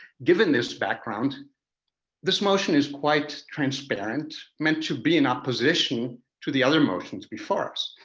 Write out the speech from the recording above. given this background this motion is quite transparent meant to be in opposition to the other motions before us.